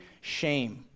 shame